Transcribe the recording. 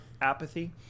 apathy